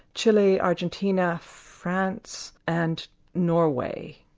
chile, argentina, france and norway.